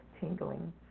tingling